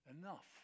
enough